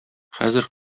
хәзер